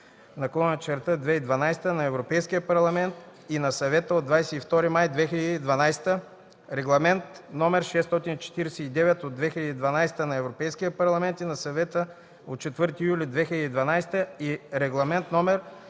528/2012 на Европейския парламент и на Съвета от 22 май 2012 г., Регламент (ЕС) № 649/2012 на Европейския парламент и на Съвета от 4 юли 2012